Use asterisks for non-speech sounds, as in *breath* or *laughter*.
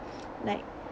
*breath* like